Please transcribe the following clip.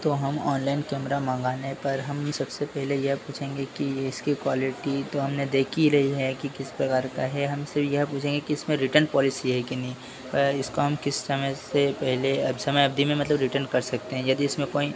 तो हम online camera मंगाने पर हम सबसे पहले यह पूछेंगे कि यह इसकी क्वालिटी तो हमने देखी रही है कि किस प्रकार का है हम सिर्फ यह पूछेंगे कि इसमें रिटर्न पॉलिसी है के नहीं इसको हम किस समय से पहले अब समय अवधी में है मतलब रिटर्न कर सकते हैं यदि इसमें कोई